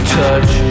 touch